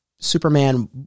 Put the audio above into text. Superman